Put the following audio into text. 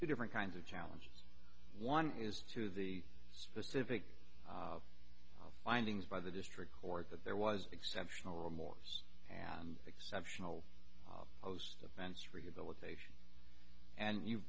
two different kinds of challenge one is to the specific findings by the district court that there was exceptional remorse and exceptional those events rehabilitation and you